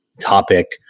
topic